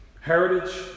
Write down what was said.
heritage